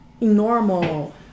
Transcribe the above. normal